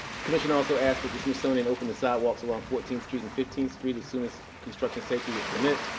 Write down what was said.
commission also asked that the smithsonian open the sidewalks along fourteenth street and fifteenth street as soon as construction safety would permit.